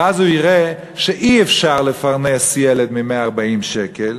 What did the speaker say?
ואז הוא יראה שאי-אפשר לפרנס ילד מ-140 שקל.